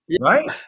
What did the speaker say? Right